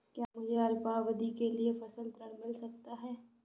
क्या मुझे अल्पावधि के लिए फसल ऋण मिल सकता है?